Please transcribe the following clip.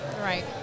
right